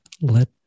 let